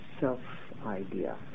self-idea